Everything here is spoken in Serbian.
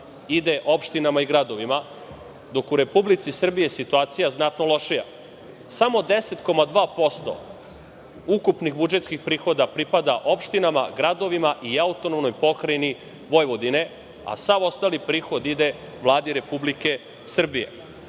ide opštinama i gradovima, dok je u Republici Srbiji situacija znatno lošija. Samo 10,2% ukupnih budžetskih prihoda pripada opštinama, gradovima i AP Vojvodini. Sav ostali prihod ide Vladi Republike Srbije.